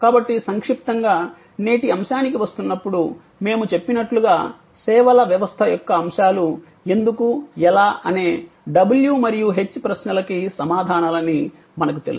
కాబట్టి సంక్షిప్తంగా నేటి అంశానికి వస్తున్నప్పుడు మేము చెప్పినట్లుగా సేవల వ్యవస్థ యొక్క అంశాలు ఎందుకు ఎలా అనే w మరియు h ప్రశ్నలకి సమాధానాలని మనకు తెలుసు